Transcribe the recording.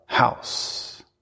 house